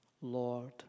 Lord